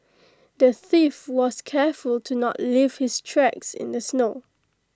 the thief was careful to not leave his tracks in the snow